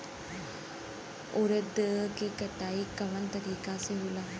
उरद के कटाई कवना तरीका से होला?